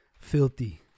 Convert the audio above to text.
Filthy